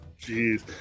Jeez